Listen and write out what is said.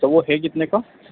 اچھا وہ ہے کتنے کا